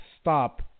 stop